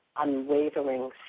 unwavering